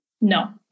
No